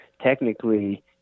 technically